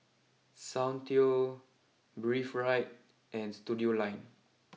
Soundteoh Breathe right and Studioline